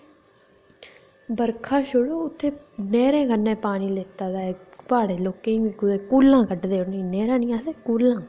बर्खां कन्नै छुड़ो नेह्रें कन्नै पानी लैते दा ऐ प्हाड़ी लाकें च कुदै नैह्रां निं आखदे कूह्ल्लां आखदे उ'नेंगी